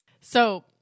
So-